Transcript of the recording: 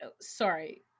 sorry